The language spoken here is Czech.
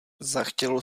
zachtělo